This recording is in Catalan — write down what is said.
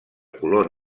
color